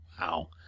wow